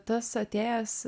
tas atėjęs